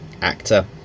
actor